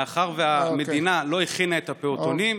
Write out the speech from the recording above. מאחר שהמדינה לא הכינה את הפעוטונים,